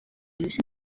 values